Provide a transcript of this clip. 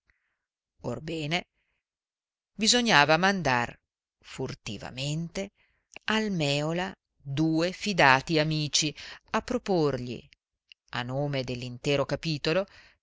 orbene bisognava mandar furtivamente al mèola due fidati amici a proporgli a nome dell'intero capitolo